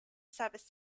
service